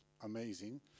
amazing